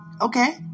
Okay